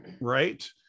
right